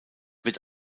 wird